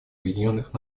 объединенных